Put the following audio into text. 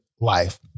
life